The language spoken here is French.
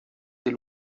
des